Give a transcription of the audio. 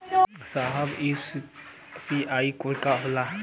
साहब इ UPI code का होला?